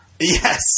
Yes